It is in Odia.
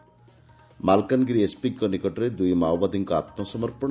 ମାଲକାନଗିରି ଏସ୍ପିଙ୍କ ନିକଟରେ ଦୂଇ ମାଓବାଦୀଙ୍କ ଆତୁସମର୍ପଣ